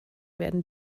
werden